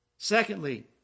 Secondly